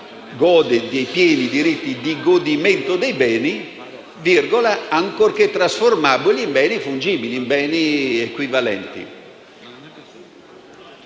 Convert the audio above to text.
gode di un pieno diritto di godimento dei beni, ancorché trasformabili in beni fungibili o equivalenti.